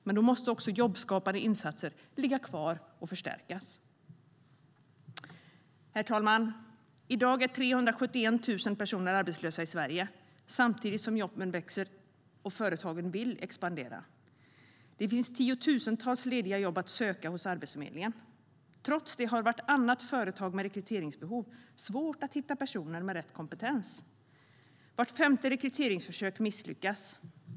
Men då måste jobbskapande insatser ligga kvar och förstärkas. Herr talman! I dag är 371 000 personer arbetslösa i Sverige samtidigt som jobben växer till och företagen vill expandera. Det finns tiotusentals lediga jobb att söka hos Arbetsförmedlingen. Trots det har vartannat företag med rekryteringsbehov svårt att hitta personer med rätt kompetens. Vart femte rekryteringsförsök misslyckas.